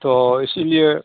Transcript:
तो इसीलिए